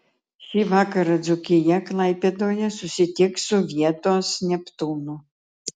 šį vakarą dzūkija klaipėdoje susitiks su vietos neptūnu